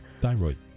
Thyroid